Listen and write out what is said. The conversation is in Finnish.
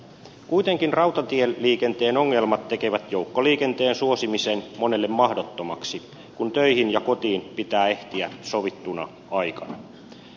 kuitenkin rautatieliikenteen ongelmat tekevät joukkoliikenteen suosimisen monelle mahdottomaksi kun töihin ja kotiin pitää ehtiä sovittuna aikana